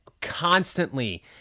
constantly